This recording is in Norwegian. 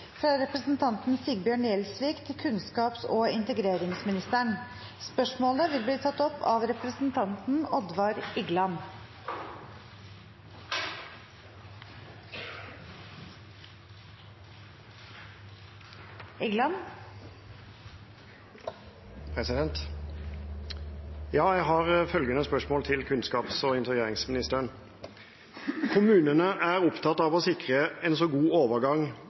fra representanten Sigbjørn Gjelsvik til kunnskaps- og integreringsministeren, vil bli tatt opp av representanten Oddvar Igland. Spørsmål 8, fra representanten Ole André Myhrvold til utenriksministeren, er overført til olje- og